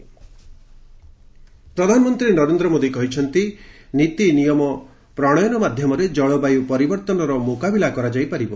PM CERAWeek ପ୍ରଧାନମନ୍ତ୍ରୀ ନରେନ୍ଦ୍ର ମୋଦୀ କହିଛନ୍ତି ନୀତିନିୟମ ପ୍ରଣୟନ ମାଧ୍ୟମରେ ଜଳବାୟୁ ପରିବର୍ତ୍ତନର ମୁକାବିଲା କରାଯାଇ ପାରିବ